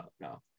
no